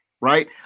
Right